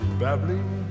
babbling